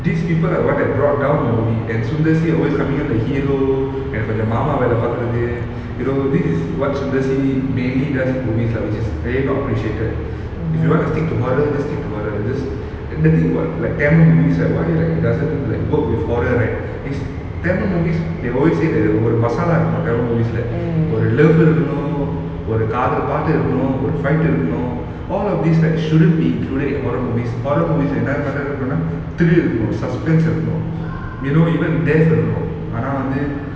these people are what that brought down the movie and Sundar சி:sundar si always coming out the hero and கொஞ்சம் மாமா வேலை பார்க்குறது:konjam mama velai paarkurathu you know this is what Sundar சி:sundar si mainly does in movies lah which is very not appreciated if you want to stick to horror just stick to horror just th~ the thing about like tamil movies right why like it doesn't like work with horror right is tamil movies they always say the word ஒரு மசாலா இருக்கனும்:oru masala irukanum tamil movies ல ஒரு love இருக்கனும் ஒரு காதல் பாட்டு இருக்கனும் ஒரு:la oru love irukanum oru kadhal paatu irukanum oru fight இருக்கனும்:irukanum all of these right shouldn't be included in horror movies horror movies என்ன கன்டென்ட் இருக்கணும்னா:enna content irukanumna thrill இருக்கனும்:irukanum suspense இருக்கனும்:irukanum you know even death இருக்கணும் ஆனா வந்து:irukanum aana vanthu